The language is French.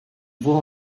voit